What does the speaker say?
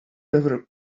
ever